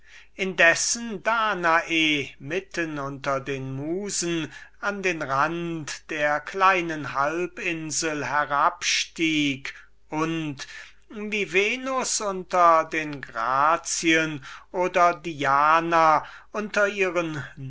daß danae mitten unter den musen an den rand der kleinen halbinsel herabstieg und wie venus unter den grazien oder diana unter ihren